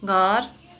घर